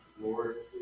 Lord